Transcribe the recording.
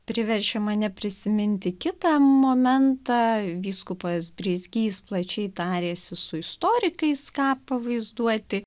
priverčia mane prisiminti kitą momentą vyskupas brizgys plačiai tarėsi su istorikais ką pavaizduoti